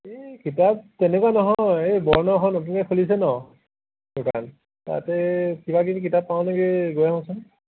এই কিতাপ তেনেকৈ নহয় এই এখন নতুনকৈ খুলিছে ন সেইখন তাতে কিবাকিবি কিতাপ পাওঁ নেকি গৈ আহোঁচোন